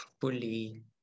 fully